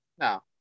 No